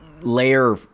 layer